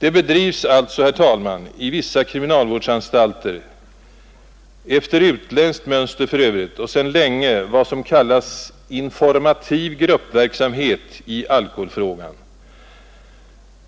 Det bedrivs alltså i vissa kriminalvårdsanstalter, efter utländskt mönster för övrigt och sedan länge, vad som kallas informativ gruppverksamhet i alkoholfrågan.